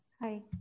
Hi